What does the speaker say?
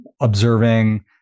observing